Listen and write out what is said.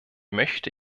möchte